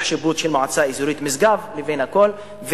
שיפוט של מועצה אזורית משגב לבין הכול,